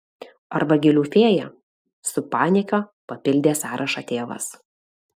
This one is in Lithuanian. arba gėlių fėja su panieka papildė sąrašą tėvas